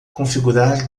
configurar